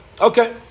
Okay